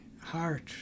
heart